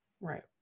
right